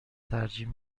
ترجیح